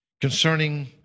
concerning